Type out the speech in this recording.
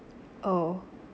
oh